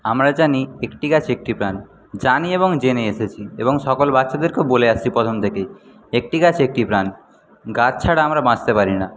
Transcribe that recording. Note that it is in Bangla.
আমরা জানি একটি গাছ একটি প্রাণ জানি এবং জেনে এসেছি এবং সকল বাচ্চাদেরকেও বলে আসছি প্রথম থেকেই একটি গাছ একটি প্রাণ গাছ ছাড়া আমরা বাঁচতে পারিনা